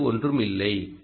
இது வேறு ஒன்றுமில்லை